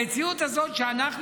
ובמציאות הזאת אנחנו,